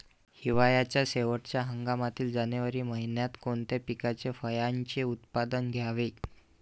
हिवाळ्याच्या शेवटच्या हंगामातील जानेवारी महिन्यात कोणत्या पिकाचे, फळांचे उत्पादन घ्यावे?